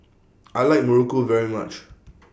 I like Muruku very much